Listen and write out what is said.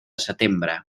setembre